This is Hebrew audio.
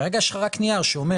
כרגע יש לך רק נייר שאומר